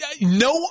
No